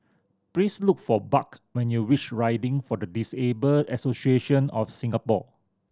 please look for Buck when you reach Riding for the Disabled Association of Singapore